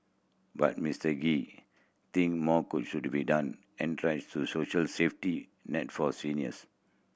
but Mister Gee think more could should be done to social safety net for seniors